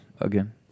Again